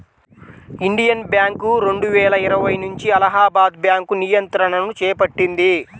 Indian Bank రెండువేల ఇరవై నుంచి అలహాబాద్ బ్యాంకు నియంత్రణను చేపట్టింది